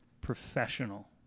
professional